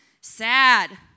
Sad